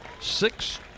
six